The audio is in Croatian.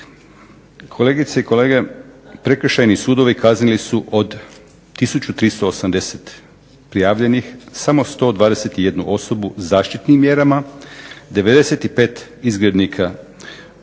Kolegice i kolege prekršajni sudovi kaznili su od tisuću 380 prijavljenih samo 121 osobu zaštitnim mjerama, 95 izgrednika kažnjeno